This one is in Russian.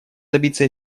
добиться